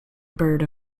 bird